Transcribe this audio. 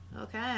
Okay